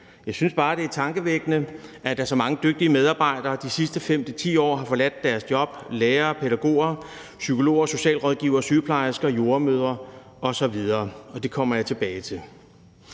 Jeg synes bare, det er tankevækkende, at der er så mange dygtige medarbejdere, der i de sidste 5-10 år har forladt deres job – lærere og pædagoger, psykologer og socialrådgivere, sygeplejersker og jordemødre osv. Og det kommer jeg tilbage til.